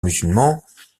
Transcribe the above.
musulmans